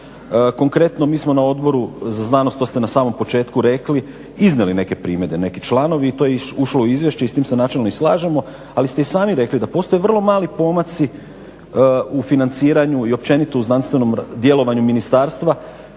Konkretno mi smo na Odboru za znanost, to ste na samom početku rekli, iznijeli neke primjedbe, neki članovi i to je ušlo u izvješće i s tim se načelno i slažemo ali ste i sami rekli da postoje vrlo mali pomaci u financiranju i općenito u znanstvenom djelovanju ministarstva,